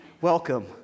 welcome